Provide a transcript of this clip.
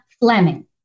Fleming